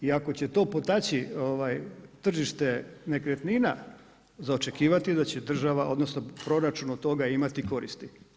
I ako će to potaknuti tržište nekretnina, za očekivati je da će država odnosno proračun od toga imati koristi.